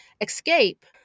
Escape